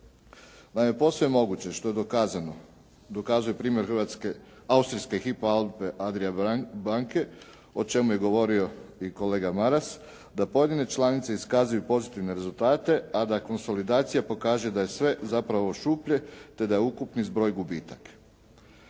Naime, posve je moguće što je dokazano, dokazuje primjer austrijske Hypo-Alpe-Adria banke, o čemu je govorio i kolega Maras, da pojedine članice iskazuju pozitivne rezultate, a da konsolidacija pokaže da je sve zapravo šuplje te da je ukupni zbroj gubitak.